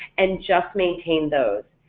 and just maintain those.